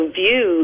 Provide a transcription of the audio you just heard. view